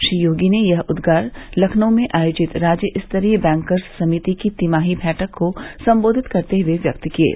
श्री योगी ने यह उदगार लखनऊ में आयोजित राज्य स्तरीय बैंकर्स समिति की तिमाही बैठक को सम्बोधित करते हुए व्यक्त किये